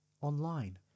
Online